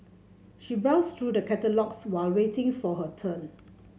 she browsed through the catalogues while waiting for her turn